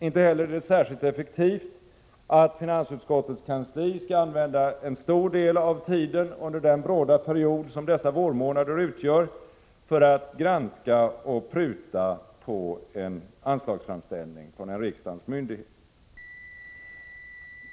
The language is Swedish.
Inte heller är det särskilt effektivt att finansutskottets kansli skall använda en stor del av tiden under den bråda period som dessa vårmånader utgör för att granska och pruta på en anslagsframställning från en riksdagens myndighet.